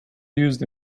used